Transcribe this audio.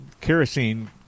Kerosene